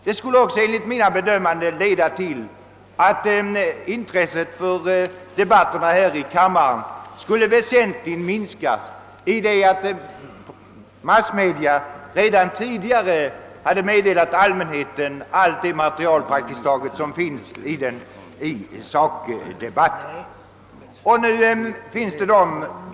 Det skulle också enligt mitt bedömande leda till att intresset för debat terna här i kammaren skulle minska väsentligt, i det att massmedia redan före dessa debatter skulle ha meddelat allmänheten praktiskt taget allt det material som finns i sakdebatten.